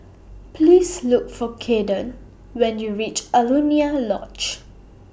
Please Look For Kayden when YOU REACH Alaunia Lodge